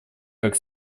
как